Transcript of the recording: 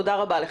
תודה רבה.